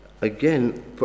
again